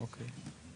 אוקיי.